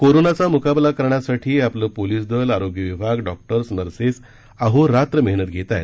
कोरोनाचा मुकाबला करण्यासाठी आपले पोलीस दल आरोग्य विभाग डॉक्टर्स नर्सेस अहोरात्र मेहनत घेत आहेत